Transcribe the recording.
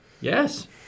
yes